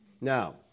Now